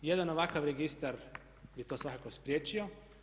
Jedan ovakav registar je to svakako spriječio.